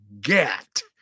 get